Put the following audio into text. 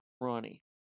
Ronnie